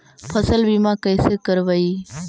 फसल बीमा कैसे करबइ?